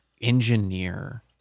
engineer